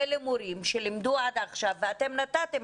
אלה מורים שלימדו עד עכשיו ואתם נתתם